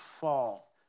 fall